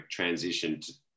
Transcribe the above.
transitioned